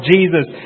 Jesus